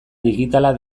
digitala